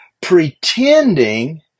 pretending